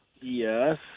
Yes